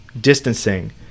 distancing